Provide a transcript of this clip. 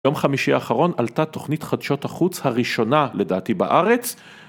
יום חמישי האחרון עלתה תוכנית חדשות החוץ הראשונה לדעתי בארץ